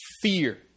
fear